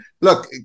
Look